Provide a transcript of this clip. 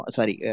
Sorry